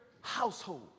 household